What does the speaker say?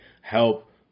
help